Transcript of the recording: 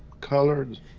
colored